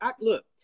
look